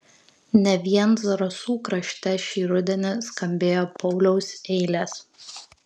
ne vien zarasų krašte šį rudenį skambėjo pauliaus eilės